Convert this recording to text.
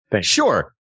Sure